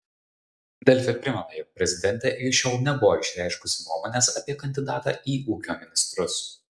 delfi primena jog prezidentė iki šiol nebuvo išreiškusi nuomonės apie kandidatą į ūkio ministrus